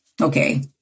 okay